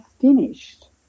finished